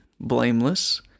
blameless